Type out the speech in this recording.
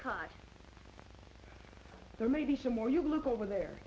car there may be some more you look over there